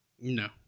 no